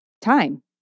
Time